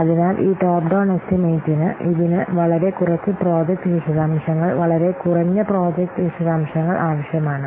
അതിനാൽ ഈ top down എസ്റ്റിമേറ്റിന് ഇതിന് വളരെ കുറച്ച് പ്രോജക്റ്റ് വിശദാംശങ്ങൾ വളരെ കുറഞ്ഞ പ്രോജക്റ്റ് വിശദാംശങ്ങൾ ആവശ്യമാണ്